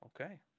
Okay